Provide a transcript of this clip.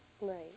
Right